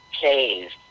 caves